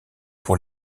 pour